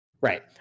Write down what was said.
Right